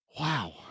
Wow